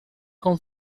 com